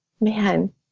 Man